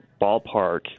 ballpark